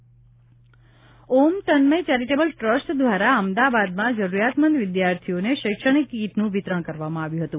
શૈક્ષણિક kit Om Tanmay charitable trust દ્વારા અમદાવાદમાં જરૂરતમંદ વિદ્યાર્થીઓને શૈક્ષણિક કીટનું વિતરણ કરવામાં આવ્યું હતું